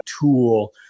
tool